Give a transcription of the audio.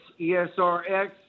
ESRX